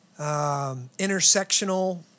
intersectional